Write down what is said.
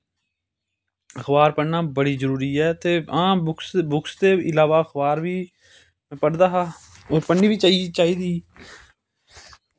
अखबार पढ़ना बड़ी जरूरी ऐ ते आं बुक्स दे इलावा अखबार बी पढ़दा हा ते ओह् पढ़नी बी चाहिदी